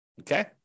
okay